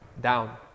down